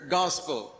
gospel